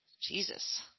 Jesus